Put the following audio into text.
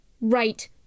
right